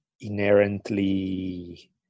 inherently